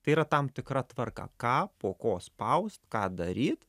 tai yra tam tikra tvarka ką po ko spaust ką daryt